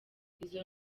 izo